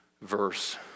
verse